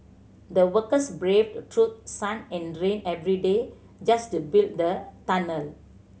the workers braved through sun and rain every day just to build the tunnel